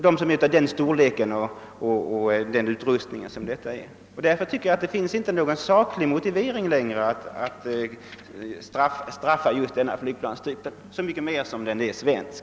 Därför tycker jag att det inte längre finns någon saklig motivering att straffa just denna flygplanstyp, så mycket mindre som den är svensk.